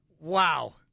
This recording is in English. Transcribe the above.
Wow